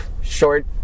Short